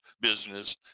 business